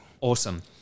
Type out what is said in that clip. awesome